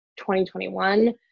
2021